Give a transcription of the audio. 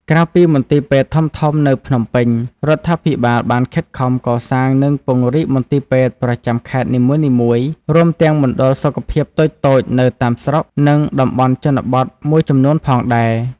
ក្រៅពីមន្ទីរពេទ្យធំៗនៅភ្នំពេញ រដ្ឋាភិបាលបានខិតខំកសាង និងពង្រីកមន្ទីរពេទ្យប្រចាំខេត្តនីមួយៗ រួមទាំងមណ្ឌលសុខភាពតូចៗនៅតាមស្រុក និងតំបន់ជនបទមួយចំនួនផងដែរ។